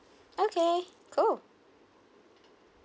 okay cool